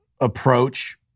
approach